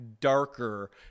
darker